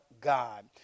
God